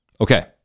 Okay